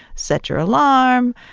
set your alarm,